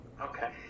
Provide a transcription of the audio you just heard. okay